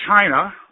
China